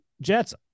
Jets